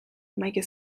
مگه